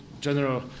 general